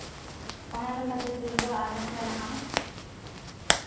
ᱚᱱᱟ ᱞᱮᱠᱟᱛᱮ ᱛᱤᱨᱞᱟᱹᱣᱟᱜ ᱟᱱᱟᱴ ᱢᱮᱱᱟᱜᱼᱟ